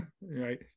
right